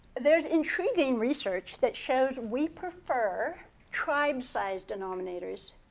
there's intriguing research that shows we prefer tribe-sized denominators.